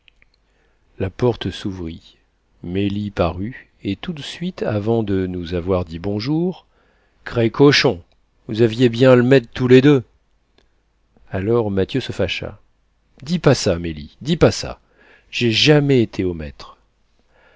la porte s'ouvrit mélie parut et tout de suite avant de nous avoir dit bonjour crès cochons vous aviez bien l'mètre tous les deux alors mathieu se fâcha dis pas ça mélie dis pas ça j'ai jamais été au mètre